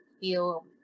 feel